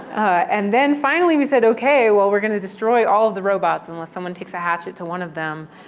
and then, finally, we said, ok, well, we're going to destroy all of the robots unless someone takes a hatchet to one of them.